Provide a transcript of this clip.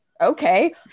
okay